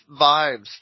vibes